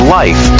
life